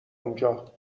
اونجا